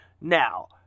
Now